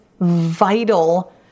vital